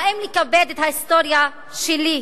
האם לכבד את ההיסטוריה שלי,